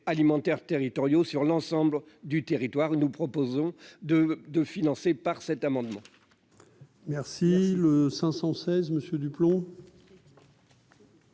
alimentaires territoriaux sur l'ensemble du territoire, nous proposons de de financer par cet amendement.